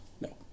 No